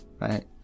right